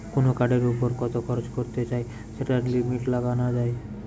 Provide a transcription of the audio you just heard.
কুনো কার্ডের উপর কত খরচ করতে চাই সেটার লিমিট লাগানা যায়